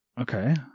Okay